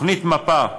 תוכנית מפ"ה,